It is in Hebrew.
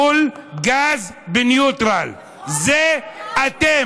פול גז בניוטרל זה אתם.